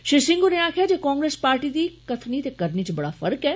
श्री सिंह होरें आक्खेआ जे कांग्रेस पार्टी दी कथनी ते करनी च फर्क ऐ